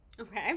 Okay